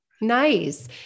Nice